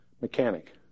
mechanic